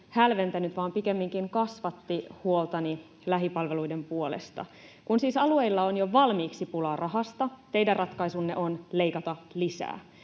hälventänyt vaan pikemminkin kasvatti huoltani lähipalveluiden puolesta. Kun siis alueilla on jo valmiiksi pulaa rahasta, teidän ratkaisunne on leikata lisää,